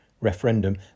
referendum